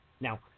Now